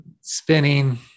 Spinning